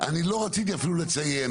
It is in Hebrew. אני לא רציתי אפילו לציין,